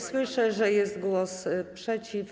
Słyszę, że jest głos przeciw.